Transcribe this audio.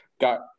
Got –